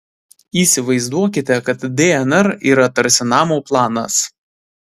įsivaizduokite kad dnr yra tarsi namo planas